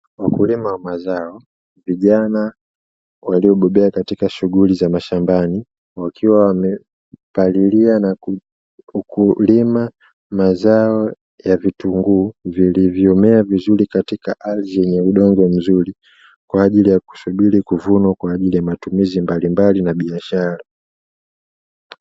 Wakulima wa mazao, vijana waliobobea katika shughuli za mashambani wakiwa wamepalilia na kulima mazao ya vitunguu vilivyomea vizuri katika ardhi yenye udongo mzuri, kwa ajili ya kusubiri kuvunwa kwa ajili ya matumizi mbalimbali na biashara.